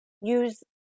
use